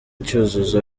cyuzuzo